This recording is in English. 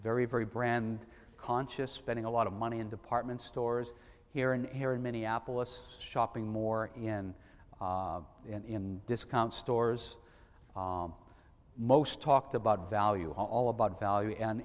very very brand conscious spending a lot of money in department stores here and here in minneapolis shopping more in in discount stores most talked about value all about value